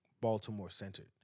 Baltimore-centered